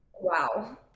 Wow